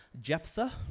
Jephthah